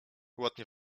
ładnie